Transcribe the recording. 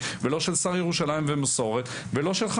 ולא של שר ירושלים ומסורת ולא שלך,